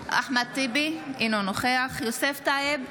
טיבי, אינו נוכח יוסף טייב,